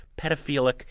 pedophilic